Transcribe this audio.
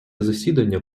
засідання